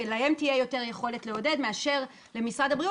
ולהם תהיה יותר יכולת לעודד מאשר למשרד הבריאות